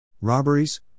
robberies